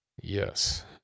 Yes